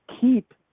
keep